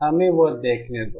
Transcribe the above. हमें वह देखने दो